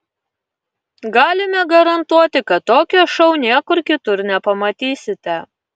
galime garantuoti kad tokio šou niekur kitur nepamatysite